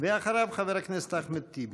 אחריו, חבר הכנסת אחמד טיבי.